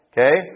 Okay